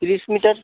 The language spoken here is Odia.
ତିରିଶ ମିଟର